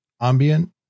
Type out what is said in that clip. ambient